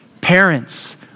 Parents